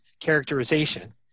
characterization